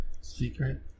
Secret